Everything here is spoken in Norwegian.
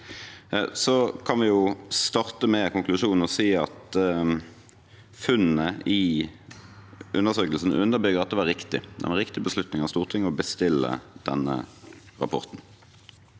Så kan vi starte med konklusjonen og si at funnene i undersøkelsen underbygger at det var en riktig beslutning av Stortinget å bestille denne rapporten.